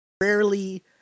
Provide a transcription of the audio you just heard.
rarely